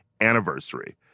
anniversary